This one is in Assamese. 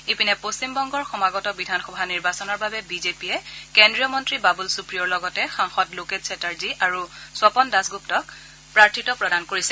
ইপিনে পশ্চিমবংগৰ সমাগত বিধানসভা নিৰ্বাচনৰ বাবে বিজেপিয়ে কেন্দ্ৰীয় মন্ত্ৰী বাবুল সুপ্ৰীয়ৰ লগতে সাংসদ লোকেট চেটাৰ্জী আৰু স্বপন দাসগুগাক প্ৰাৰ্থিত্ব প্ৰদান কৰিছে